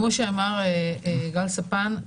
כמו שאמר גל ספן,